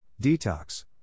Detox